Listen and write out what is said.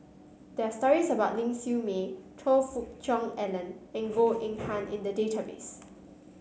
there are stories about Ling Siew May Choe Fook Cheong Alan and Goh Eng Han in the database